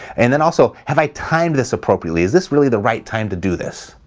and then also, have i timed this appropriately? is this really the right time to do this?